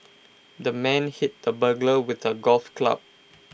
the man hit the burglar with A golf club